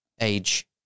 age